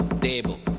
table